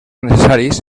necessaris